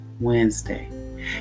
Wednesday